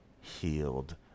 healed